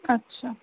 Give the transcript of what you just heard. अच्छा